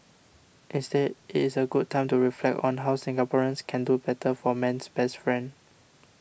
instead is a good time to reflect on how Singaporeans can do better for man's best friend